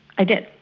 i did.